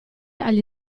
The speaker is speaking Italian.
agli